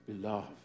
beloved